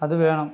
അതു വേണം